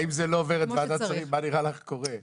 אם זה לא עובר את ועדת שרים, מה נראה לך קורה?